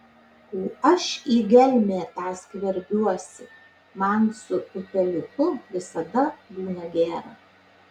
o aš į gelmę tą skverbiuosi man su upeliuku visada būna gera